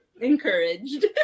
Encouraged